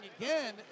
again